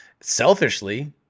selfishly